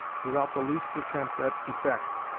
without the least attempt at effect,